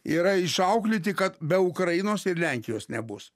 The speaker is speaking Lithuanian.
yra išauklėti kad be ukrainos ir lenkijos nebus